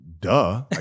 Duh